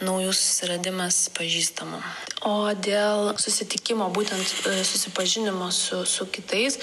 naujų susiradimas pažįstamų o dėl susitikimo būtent susipažinimo su su kitais